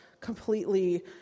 completely